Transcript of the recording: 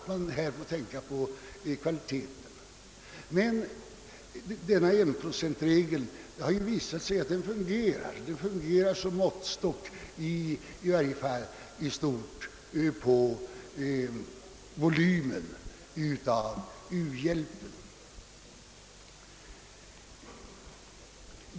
Men denna enprocentregel har trots allt visat sig fungera som måttstock, i varje fall i stort, på volymen av u-hjälpen.